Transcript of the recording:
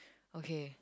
okay